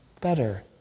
better